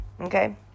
okay